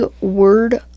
word